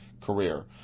career